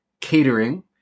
catering